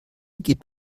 gibt